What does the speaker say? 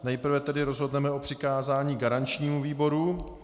Nejprve tedy rozhodneme o přikázání garančnímu výboru.